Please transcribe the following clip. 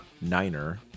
Niner